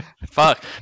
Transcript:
Fuck